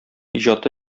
иҗаты